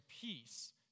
peace